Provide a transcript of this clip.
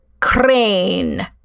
Crane